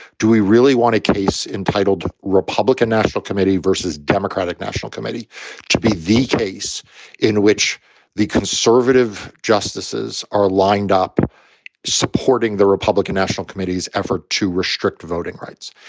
do we really want a case entitled republican national committee versus democratic national committee to be the case in which the conservative justices are lined up supporting the republican national committee's effort to restrict voting rights?